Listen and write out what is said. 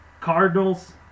Cardinals